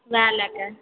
उएह लए कऽ